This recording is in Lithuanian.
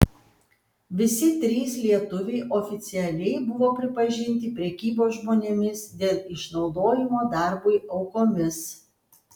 visi trys lietuviai oficialiai buvo pripažinti prekybos žmonėmis dėl išnaudojimo darbui aukomis